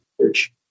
church